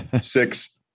six